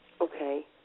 Okay